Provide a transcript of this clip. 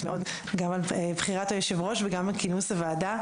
מאוד גם על בחירת היושב ראש וגם על כינוס הוועדה.